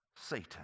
Satan